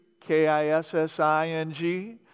K-I-S-S-I-N-G